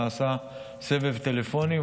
נעשה סבב טלפוני,